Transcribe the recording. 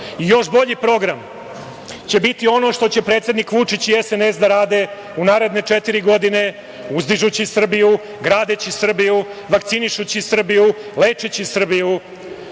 Još bolji program će biti ono što će predsednik Vučić i SNS da rade u naredne četiri godine, uzdižući Srbiju, gradeći Srbiju, vakcinišući Srbiju, lečeći Srbiju,